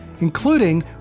including